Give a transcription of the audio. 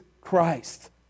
Christ